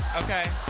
okay.